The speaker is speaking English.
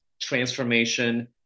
transformation